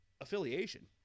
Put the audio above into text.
affiliation